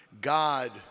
God